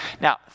Now